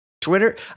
Twitter